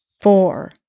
four